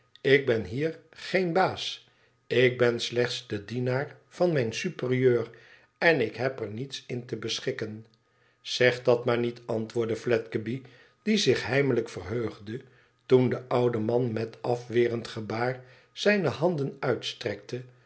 ik ben hier geen baas ik ben slechts de dienaar van mijn superieur en ik heb er niets in te beschikken izeg dat maar niet antwoordde fledgeby die zich heimelijk verheugde toen de oude man met afwerend gbaar zijne handen uitstrekte